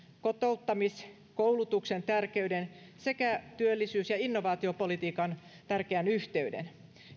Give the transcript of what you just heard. kotouttamiskoulutuksen tärkeyden sekä työllisyys ja innovaatiopolitiikan tärkeän yhteyden